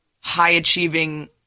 high-achieving